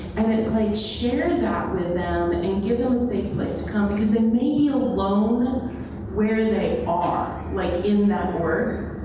and it's like share that with them and and give them a safe place to come, because they may be alone where they are, like in that work.